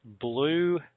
blue